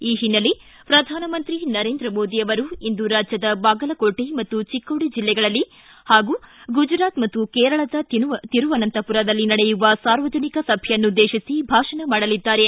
ಈ ಹಿನ್ನೆಲೆ ಪ್ರಧಾನಮಂತ್ರಿ ನರೇಂದ್ರ ಮೋದಿ ಅವರು ಇಂದು ರಾಜ್ಯದ ಬಾಗಲಕೋಟೆ ಮತ್ತು ಚಿಕ್ಕೋಡಿ ಜಿಲ್ಲೆಗಳಲ್ಲಿ ಹಾಗೂ ಗುಜರಾತ್ ಮತ್ತು ಕೇರಳದ ತಿರುವನಂತಪುರದಲ್ಲಿ ನಡೆಯುವ ಸಾರ್ವಜನಿಕ ಸಭೆಯನ್ನುದ್ದೇಶಿಸಿ ಭಾಷಣ ಮಾಡಲಿದ್ದಾರೆ